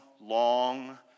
long